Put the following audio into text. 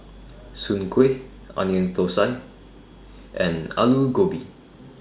Soon Kuih Onion Thosai and Aloo Gobi